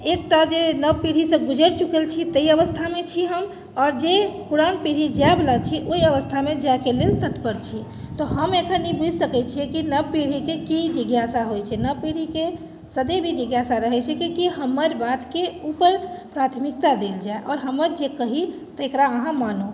एकटा जे नव पीढ़ीसँ गुजरि चुकल छी ताहि अवस्थामे छी हम आओर जे पुरान पीढ़ी जाइवला छी ओहि अवस्थामे जाइके लेल तत्पर छी तऽ हम एखन ई बूझि सकैत छियै कि नव पीढ़ीकेँ की जिज्ञासा होइत छै नव पीढ़ीके सदैव ई जिज्ञासा रहैत छै कि हमर बातके ऊपर प्राथमिकता देल जाय आओर हमर जे कही तकरा अहाँ मानू